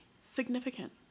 significant